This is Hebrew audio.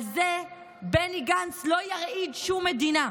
על זה בני גנץ לא ירעיד שום מדינה.